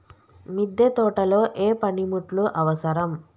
మిద్దె తోటలో ఏ పనిముట్లు అవసరం?